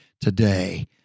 today